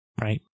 Right